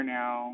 now